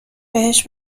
بهش